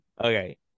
Okay